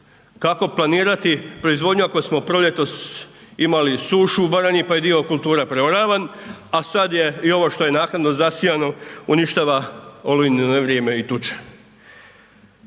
kao planirati proizvodnju ako smo proljetos imali sušu u Baranji pa je dio kultura preoravan a sad je i ovo što je naknadno zasijano, uništava olujno nevrijeme i tuča.